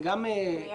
גם אייל.